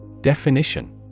Definition